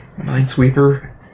Minesweeper